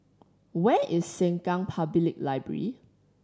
where is Sengkang Public Library